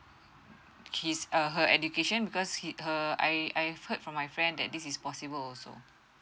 his err her education because his her I I've heard from my friend that this is possible also